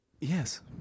Yes